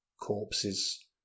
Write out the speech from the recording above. corpses